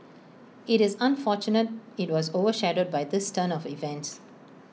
IT is unfortunate IT was over shadowed by this turn of events